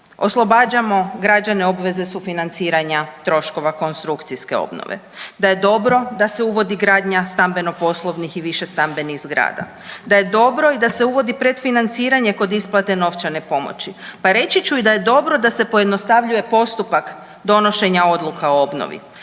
oslobađamo građane obveze sufinanciranja, troškova konstrukcijske obnove, da je dobro da se uvodi gradnja stambeno-poslovnih i više stambenih zgrada, da je dobro i da se uvodi predfinanciranje kod isplate novčane pomoći, pa reći ću i da je dobro da se pojednostavljuje postupak donošenja odluka o obnovi.